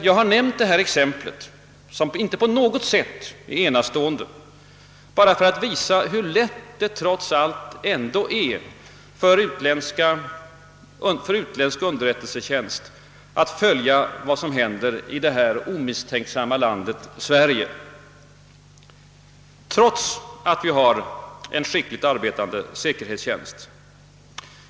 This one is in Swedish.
Jag har nämnt detta exempel, som inte på något sätt är enastående, bara för att visa hur lätt det ändock är för utländsk underrättelsetjänst att följa vad som sker i detta omisstänksamma land Sverige, trots att vi har en skickligt arbetande säkerhetstjänst.